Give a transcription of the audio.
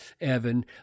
Evan